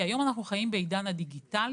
היום אנחנו חיים בעידן הדיגיטלי,